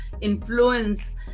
influence